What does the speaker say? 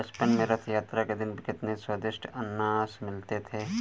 बचपन में रथ यात्रा के दिन कितने स्वदिष्ट अनन्नास मिलते थे